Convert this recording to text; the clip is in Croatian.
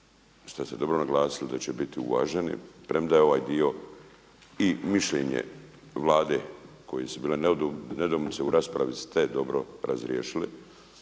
što ste dobro naglasili da će biti uvaženi, premda je ovaj dio i mišljenje Vlade koje su bile nedoumice u raspravi ste dobro razriješili.